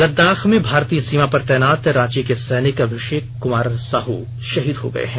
लद्दाख में भारतीय सीमा पर तैनात रांची के सैनिक अभिषेक कुमार साहू शहीद हो गए हैं